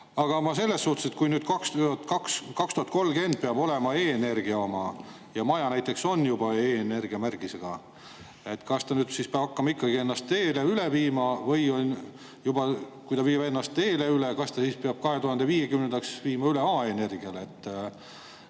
Aga selles suhtes, et kui nüüd 2030 peab olema E-energia oma ja maja näiteks on juba E-energiamärgisega, siis kas ta nüüd peab hakkama ikkagi ennast D-le üle viima? Ja kui ta viib ennast D-le üle, kas ta siis peab 2050-ndaks viima üle A‑energiale?